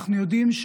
אנחנו יודעים,